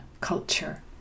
culture